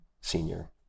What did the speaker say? senior